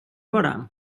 bara